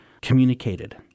communicated